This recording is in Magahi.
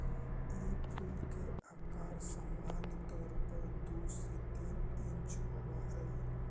ई फूल के अकार सामान्य तौर पर दु से तीन इंच होब हई